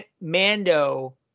Mando